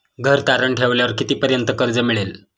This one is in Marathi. घर तारण ठेवल्यावर कितीपर्यंत कर्ज मिळेल?